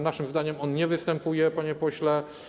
Naszym zdaniem on nie występuje, panie pośle.